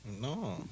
No